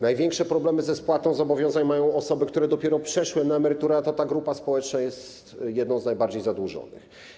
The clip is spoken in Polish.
Największe problemy ze spłatą zobowiązań mają osoby, które dopiero przeszły na emeryturę, a to ta grupa społeczna jest jedną z najbardziej zadłużonych.